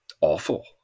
awful